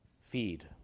feed